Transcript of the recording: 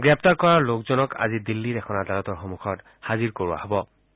গ্ৰেপ্তাৰ কৰা লোকজনক আজি দিল্লীৰ এখন আদালতৰ সন্মখত হাজিৰ কৰোৱা হ'ব